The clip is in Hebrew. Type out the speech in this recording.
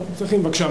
בבקשה.